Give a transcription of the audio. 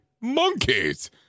monkeys